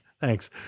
Thanks